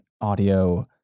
audio